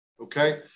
Okay